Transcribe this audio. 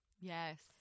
Yes